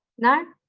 no?